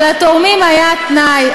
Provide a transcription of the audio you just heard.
אבל לתורמים היה תנאי,